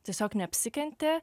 tiesiog neapsikentė